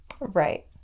Right